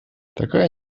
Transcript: такая